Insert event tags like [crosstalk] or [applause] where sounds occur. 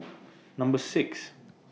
[noise] Number six